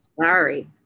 sorry